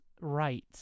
right